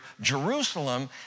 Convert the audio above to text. Jerusalem